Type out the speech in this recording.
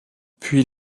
puis